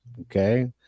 okay